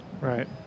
Right